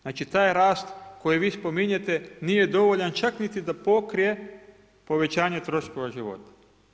Znači taj rast koji vi spominjete nije dovoljan čak niti da pokrije povećanje troškova života.